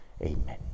amen